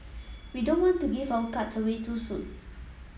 we don't want to give our cards away too soon